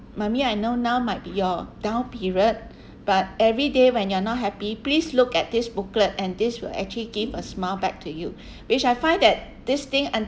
mummy I know now might be your down period but every day when you're not happy please look at this booklet and this will actually gave a smile back to you which I find that this thing until